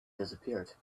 disappeared